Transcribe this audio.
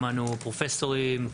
שמענו פרופסורים,